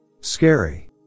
Scary